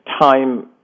time